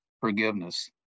forgiveness